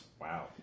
Wow